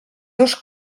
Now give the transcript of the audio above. dos